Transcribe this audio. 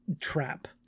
trap